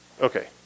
Okay